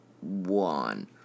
one